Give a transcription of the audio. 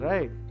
Right